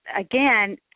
again